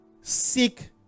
Seek